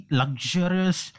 luxurious